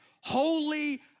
holy